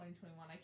2021